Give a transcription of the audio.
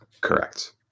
correct